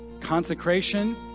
Consecration